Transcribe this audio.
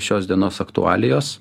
šios dienos aktualijos